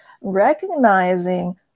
recognizing